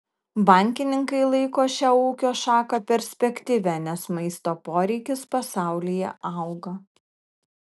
bankininkai laiko šią ūkio šaką perspektyvia nes maisto poreikis pasaulyje auga